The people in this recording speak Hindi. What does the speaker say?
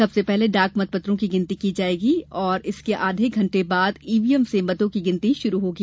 सबसे पहले डाक मतपत्रों की गिनती की जाएगी और इसके आधे घन्टे बाद ईवीएम से मतों की गिनती शुरू होगी